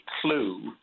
clue